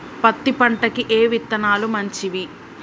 పత్తి పంటకి ఏ విత్తనాలు మంచివి?